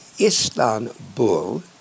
Istanbul